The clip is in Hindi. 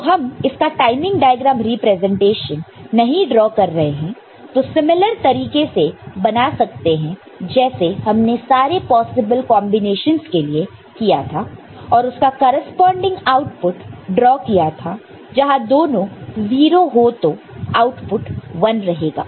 तो हम इसका टाइमिंग डायग्राम रिप्रेजेंटेशन नहीं ड्रॉ कर रहे हैं तो समरूप तरीके से बना सकते हैं जैसे हमने सारे पॉसिबल कांबिनेशंस के लिए किया था और उसका करेस्पॉन्डिंग आउटपुट ड्रॉ किया था जहां दोनों 0 हो तो आउटपुट 1 रहेगा